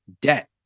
debt